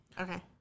Okay